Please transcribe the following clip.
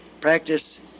practice